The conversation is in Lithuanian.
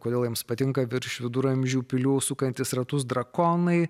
kodėl jiems patinka virš viduramžių pilių sukantys ratus drakonai